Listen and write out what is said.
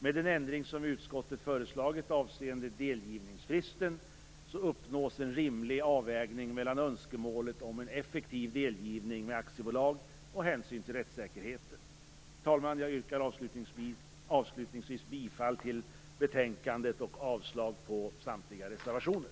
Med den ändring som utskottet har föreslagit avseende delgivningsfristen uppnås en rimlig avvägning mellan önskemålet om en effektiv delgivning med aktiebolag och hänsyn till rättssäkerheten. Herr talman! Jag yrkar avslutningsvis bifall till hemställan i betänkandet och avslag på samtliga reservationer.